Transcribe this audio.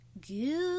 good